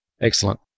Excellent